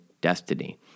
destiny